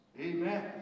Amen